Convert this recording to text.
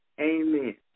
Amen